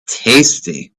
tasty